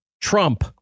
Trump